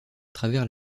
travers